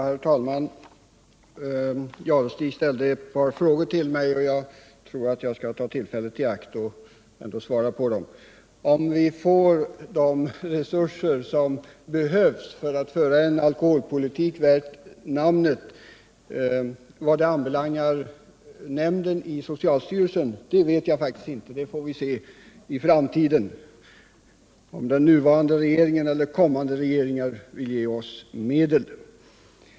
Herr talman! Thure Jadestig ställde ett par frågor till mig, och jag skall ta tillfället i akt och svara på dem. Allt hänger ju på om vi får de resurser som behövs för att föra en alkoholpolitik värd namnet. Vad nämnden för alkoholfrågor inom socialsty relsen anbelangar vet jag faktiskt inte hur mycket den kommer att kunna göra. Det får vi se i framtiden, när vi vet om den nuvarande eller kommande regeringen vill ge oss medel.